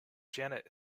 janet